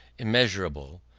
immeasurable,